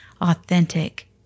authentic